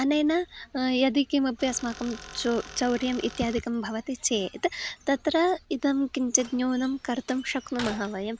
अनेन यदि किमपि अस्माकं चो चौर्यम् इत्यादिकं भवति चेत् तत्र इदं किञ्चित् न्यूनं कर्तं शक्नुमः वयं